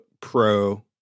Pro